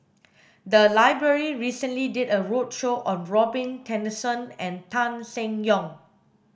the library recently did a roadshow on Robin Tessensohn and Tan Seng Yong